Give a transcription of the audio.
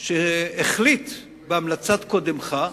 שהחליט, בהמלצת קודמך,